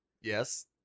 Yes